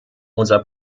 unser